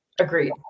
Agreed